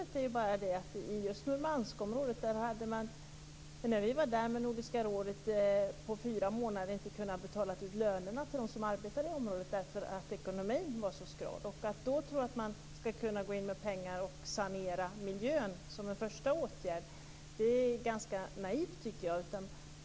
När vi var i Murmanskområdet med Nordiska rådet hade man inte på fyra månader kunnat betala ut löner till dem som arbetar i området därför att ekonomin var så skral. Att då tro att man skall kunna gå in med pengar och sanera miljön som en första åtgärd är ganska naivt, tycker jag.